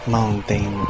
Mountain